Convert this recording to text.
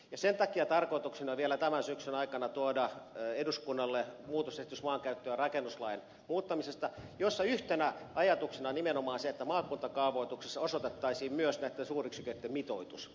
sen takia tarkoituksena on vielä tämän syksyn aikana tuoda eduskunnalle esitys maankäyttö ja rakennuslain muuttamisesta jossa yhtenä ajatuksena on nimenomaan se että maakuntakaavoituksessa osoitettaisiin myös näitten suuryksiköitten mitoitus